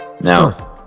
Now